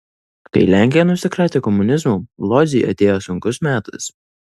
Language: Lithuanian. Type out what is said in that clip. kai lenkija nusikratė komunizmo lodzei atėjo sunkus metas